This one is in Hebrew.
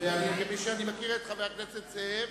כמי שמכיר את חבר הכנסת זאב,